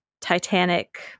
Titanic